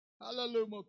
Hallelujah